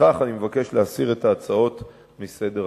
ולפיכך אני מבקש להסיר את ההצעות מסדר-היום.